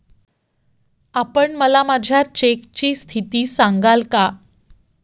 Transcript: आपण मला माझ्या चेकची स्थिती सांगाल का?